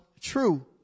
true